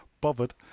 Bothered